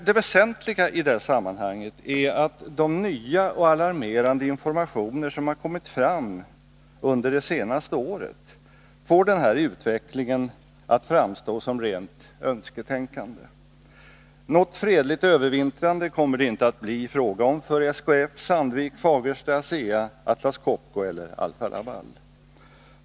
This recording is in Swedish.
Det väsentliga i detta sammanhang är att de nya och alarmerande informationer som har kommit under det senaste året får den här utvecklingen att framstå som rent önsketänkande. Något fredligt ”övervintrande” kommer det inte att bli fråga om för SKF, Sandvik, Fagersta, ASEA, Atlas Copco eller Alfa-Laval.